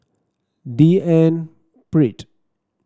D N Pritt